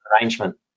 arrangement